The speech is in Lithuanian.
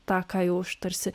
tą ką jau aš tarsi